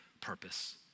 purpose